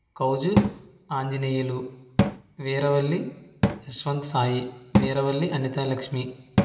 కౌజు Anjaneyulu Veeravalli Yashwant Sai Veeravalli Anitalakshmi